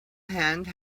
hands